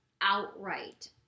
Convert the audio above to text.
outright